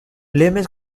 lemay